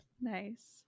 Nice